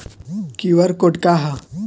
QR code का ह?